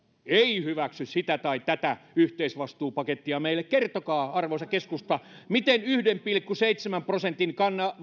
ei hyväksy sitä tai tätä yhteisvastuupakettia meille kertokaa arvoisa keskusta miten yhden pilkku seitsemän prosentin